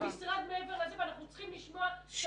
למה נציג של משרד האוצר לא טורח להגיע לוועדת חוץ וביטחון -- צודקת.